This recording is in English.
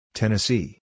Tennessee